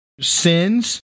sins